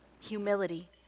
Humility